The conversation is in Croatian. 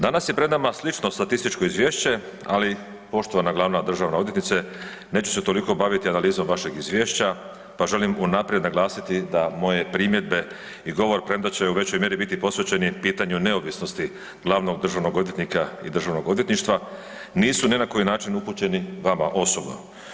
Danas je pred nama slično statističko izvješće, ali poštovana glavna državna odvjetnice neću se toliko baviti analizom vašeg izvješća, pa želim unaprijed naglasiti da moje primjedbe i govor, premda će u većoj mjeri biti posvećeni pitanju neovisnosti glavnog državnog odvjetnika i državnog odvjetništva, nisu ni na koji način upućeni vama osobno.